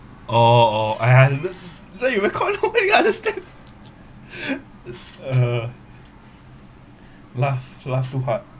oh oh oh I haven't not even call out yet uh laugh laugh too hard